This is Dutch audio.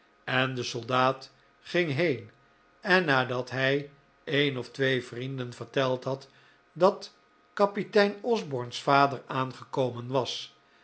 en de soldaat ging heen en nadat hij een of twee vrienden verteld had dat kapitein osborne's vader aangekomen was